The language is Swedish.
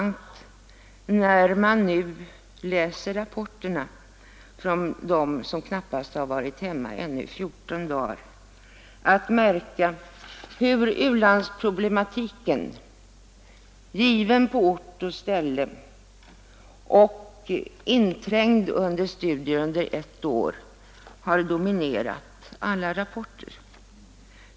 När man nu läser vad dessa u-landsarbetare skriver — de har inte varit hemma mer än knappt fjorton dagar — är det mycket intressant att se hur u-landsproblematiken, som de gjort bekantskap med på ort och ställe och studerat här hemma under ett år, dominerar alla rapporter.